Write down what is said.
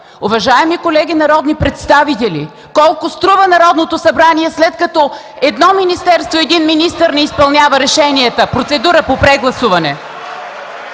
Уважаеми колеги народни представители, колко струва Народното събрание, след като едно министерство и един министър не изпълняват решенията?! Процедура по прегласуване.